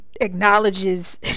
acknowledges